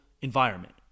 environment